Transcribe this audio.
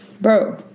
Bro